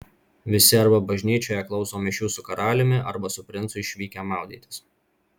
visi arba bažnyčioje klauso mišių su karaliumi arba su princu išvykę maudytis